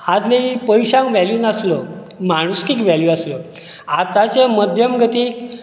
आदली पयश्यांक वेल्यू नासलो माणुसकीक वेल्यू आसलो आताच्या मध्यम गतीक